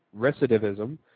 recidivism